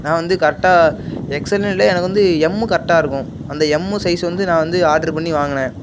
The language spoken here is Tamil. நான் வந்து கரெக்டாக எக்ஸ்எல்ன்னு இல்லை எனக்கு வந்து எம்மும் கரெக்டாக இருக்கும் அந்த எம் சைஸ் வந்து நான் வந்து ஆட்ரு பண்ணி வாங்கினேன்